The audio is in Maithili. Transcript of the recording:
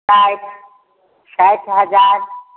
साठि साठि हजार